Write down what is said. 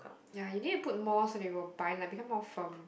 ya you need to put more so that it will bind like become more firm